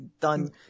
done